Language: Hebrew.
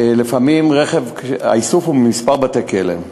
האיסוף הוא מכמה בתי-כלא.